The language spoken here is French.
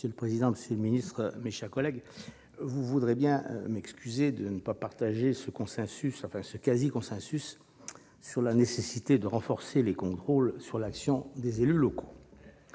Monsieur le président, monsieur le secrétaire d'État, mes chers collègues, vous voudrez bien m'excuser de ne pas partager ce quasi-consensus sur la nécessité de renforcer les contrôles sur l'action des élus locaux.